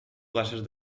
places